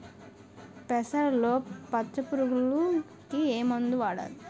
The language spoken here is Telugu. పెసరలో పచ్చ పురుగుకి ఏ మందు వాడాలి?